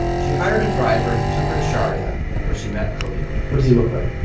she hired a driver who took her to sharya where she met khalil what does he look like?